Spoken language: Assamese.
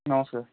নমস্কাৰ